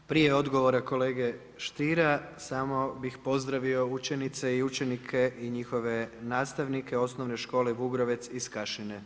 Prije odgovora kolege Stiera samo bih pozdravio učenice i učenike i njihove nastavnike Osnovne škole Vugrovec iz Kašine.